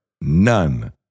none